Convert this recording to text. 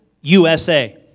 USA